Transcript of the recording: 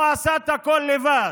הוא עשה את הכול לבד,